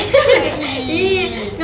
!eww!